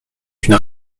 une